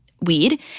weed